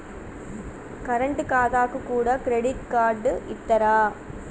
Current ఖాతాకు కూడా credit card ఇత్తరా?